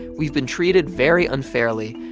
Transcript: we've been treated very unfairly,